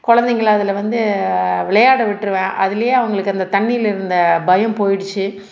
குழந்தைங்கள அதில் வந்து விளையாட விட்டுருவேன் அதுலேயே அவங்களுக்கு அந்த தண்ணியில் இருந்த பயம் போயிடுச்சு